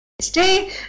stay